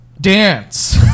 Dance